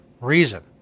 reason